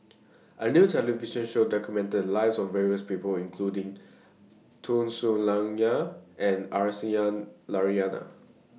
A New television Show documented The Lives of various People including Tun Sri Lanang and Aisyah Lyana